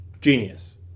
genius